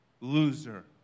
loser